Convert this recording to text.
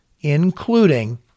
including